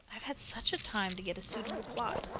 i've had such a time to get a suitable plot.